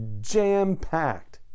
jam-packed